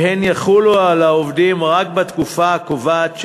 והן יחולו על העובדים רק בתקופה הקובעת,